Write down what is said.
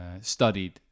studied